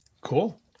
Cool